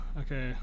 Okay